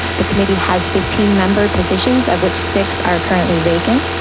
the committee has fifteen member positions, of which six are currently vacant.